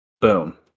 Boom